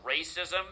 racism